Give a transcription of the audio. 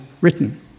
written